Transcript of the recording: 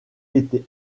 été